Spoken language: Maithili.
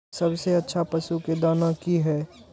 सबसे अच्छा पशु के दाना की हय?